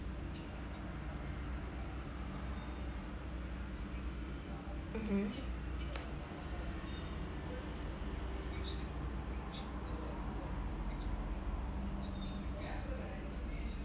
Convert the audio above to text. mmhmm